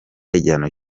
igihano